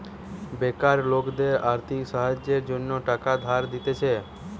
বেকার লোকদের আর্থিক সাহায্যের জন্য টাকা ধার দিতেছে